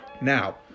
Now